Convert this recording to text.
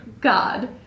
God